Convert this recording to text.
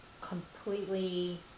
completely